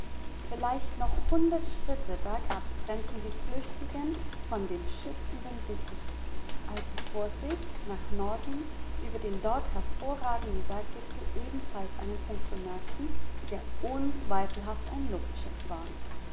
vielleicht noch hundert schritte bergab trennten die flüchtigen von dem schützenden dickicht als sie vor sich nach norden über den dort hervorragenden berggipfeln ebenfalls einen punkt bemerkten der unzweifelhaft ein luftschiff war